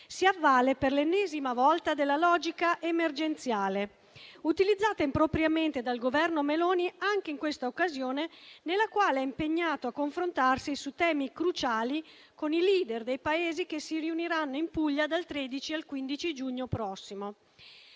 si avvale per l'ennesima volta della logica emergenziale utilizzata impropriamente dal Governo Meloni anche in questa occasione, nella quale è impegnato a confrontarsi su temi cruciali con i *leader* dei Paesi che si riuniranno in Puglia dal 13 al 15 giugno prossimo.